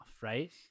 right